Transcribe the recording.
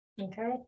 Okay